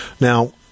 Now